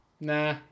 nah